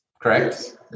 correct